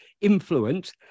influence